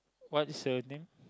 what is her name